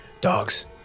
dogs